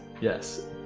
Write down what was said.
Yes